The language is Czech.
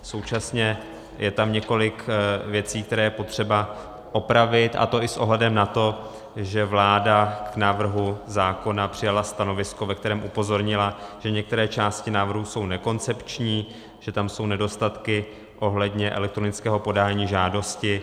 Současně je tam několik věcí, které je potřeba opravit, a to i s ohledem na to, že vláda k návrhu zákona přijala stanovisko, ve kterém upozornila, že některé části návrhu jsou nekoncepční, že tam jsou nedostatky ohledně elektronického podání žádosti.